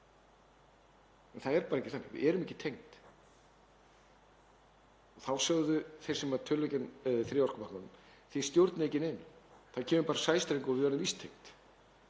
og það er bara ekki þannig. Við erum ekki tengd. Þá sögðu þeir sem töluðu gegn þriðja orkupakkanum: Þið stjórnið ekki neinu. Það kemur bara sæstrengur og við verðum víst tengd.